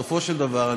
בסופו של דבר,